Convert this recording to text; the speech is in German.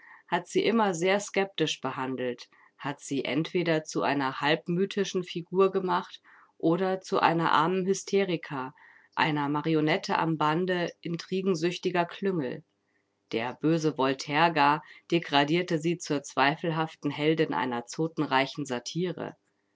hat sie immer sehr skeptisch behandelt hat sie entweder zu einer halb mythischen figur gemacht oder zu einer armen hysterica einer marionette am bande intrigensüchtiger klüngel der böse voltaire gar degradierte sie zur zweifelhaften heldin einer zotenreichen satire